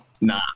Nah